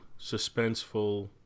suspenseful